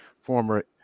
former